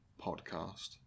podcast